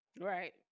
Right